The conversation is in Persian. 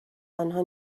آنها